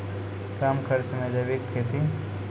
कम खर्च मे जैविक खेती?